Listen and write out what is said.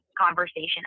conversation